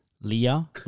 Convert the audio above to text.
Leah